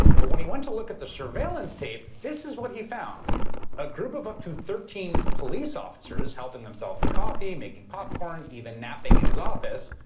but when he went to look at the surveillance tape, this is what he found a group of up to thirteen police officers helping themselves to coffee, making popcorn, even napping in his office,